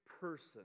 person